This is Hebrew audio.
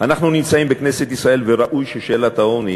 אנחנו נמצאים בכנסת ישראל, וראוי ששאלת העוני